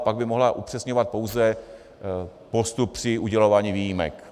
Pak by mohla upřesňovat pouze postup při udělování výjimek.